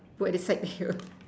put at the side okay